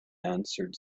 answered